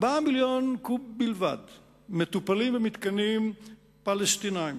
4 מיליוני קוב בלבד מטופלים במתקנים פלסטיניים.